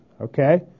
Okay